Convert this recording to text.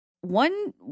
one